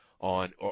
on